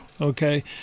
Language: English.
okay